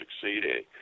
succeeding